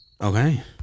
Okay